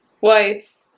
wife